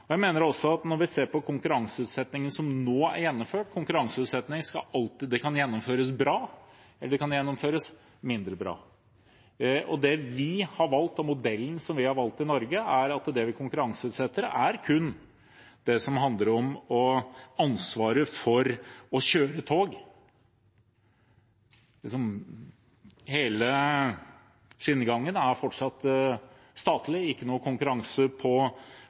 Jeg mener også at når vi ser på den konkurranseutsettingen som nå er gjennomført, kan den gjennomføres bra, eller den kan gjennomføres mindre bra. Den modellen vi har valgt i Norge, er at det vi konkurranseutsetter, kun er det som handler om ansvaret for å kjøre tog. Hele skinnegangen er fortsatt statlig. Det er ikke noen konkurranse på den, i motsetning til det man startet med bl.a. i Storbritannia. Det er ikke noe konkurranse på